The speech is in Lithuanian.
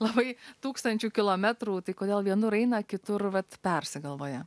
labai tūkstančiu kilometrų tai kodėl vienur eina kitur vat persigalvoja